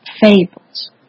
fables